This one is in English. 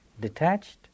detached